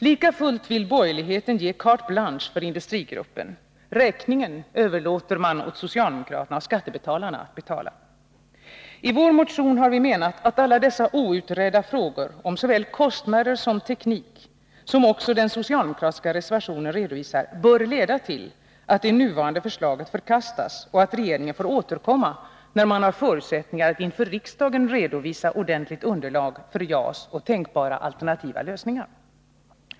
Likafullt vill borgerligheten ge carte blanche för industrigruppen. Räkningen överlåter man åt socialdemokratin och skattebetalarna att betala. I vår motion har vi menat att alla dessa outredda frågor om såväl kostnader som teknik, som också den socialdemokratiska reservationen redovisar, bör leda till att det nuvarande förslaget förkastas och att regeringen får återkomma när den har förutsättningar att inför riksdagen redovisa ordentligt underlag för JAS och tänkbara alternativa lösningar.